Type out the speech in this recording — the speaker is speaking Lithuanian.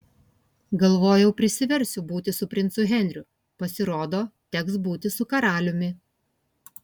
galvojau prisiversiu būti su princu henriu pasirodo teks būti su karaliumi